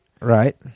Right